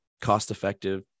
cost-effective